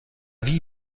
vie